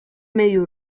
medio